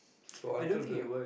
so until the